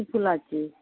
কি ফুল আছে